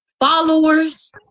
followers